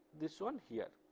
this one, here.